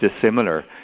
dissimilar